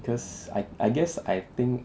because I I guess I think